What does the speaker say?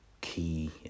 key